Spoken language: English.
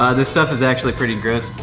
ah this stuff is actually pretty gross.